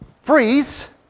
freeze